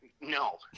no